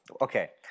okay